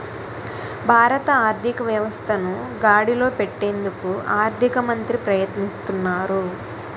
భారత ఆర్థిక వ్యవస్థను గాడిలో పెట్టేందుకు ఆర్థిక మంత్రి ప్రయత్నిస్తారు